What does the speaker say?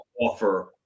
offer